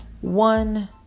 one